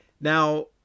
Now